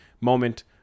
moment